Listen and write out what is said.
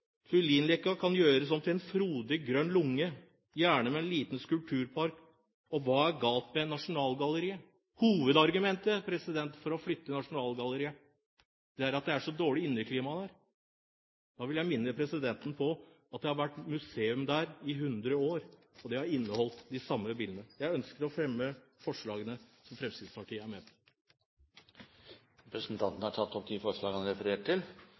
kan gjøres om til en frodig, grønn lunge, gjerne med en liten skulpturpark. Og hva er galt med Nasjonalgalleriet? Hovedargumentet for å flytte Nasjonalgalleriet er at det er så dårlig inneklima der. Da vil jeg minne presidenten om at det har vært museum der i 100 år, og det har inneholdt de samme bildene. Jeg ønsker å fremme Fremskrittspartiets forslag. Da har representanten Ib Thomsen tatt opp det forslaget han refererte til.